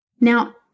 Now